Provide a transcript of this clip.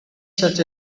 such